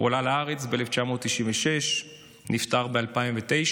הוא עלה לארץ ב-1996, נפטר ב-2009,